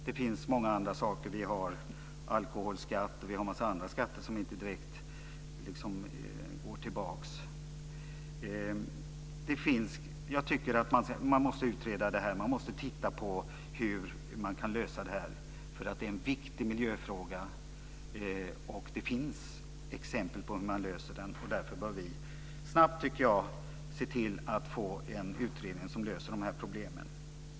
Det finns många andra skatter - alkoholskatt och annat - som inte direkt går tillbaka till källan. Man måste utreda det här och se på hur problemet kan lösas - det finns många exempel här. Det är en viktig miljöfråga och därför bör vi snabbt se till att det tillsätts en utredning som löser dessa problem.